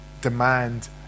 demand